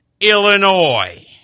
Illinois